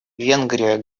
венгрия